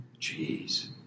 Jeez